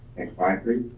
next slide, please.